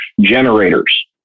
Generators